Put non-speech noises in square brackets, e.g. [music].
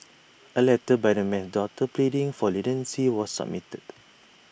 [noise] A letter by the man's daughter pleading for leniency was submitted